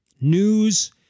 news